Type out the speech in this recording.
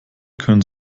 können